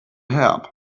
help